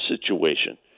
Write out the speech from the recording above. situation